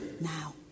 now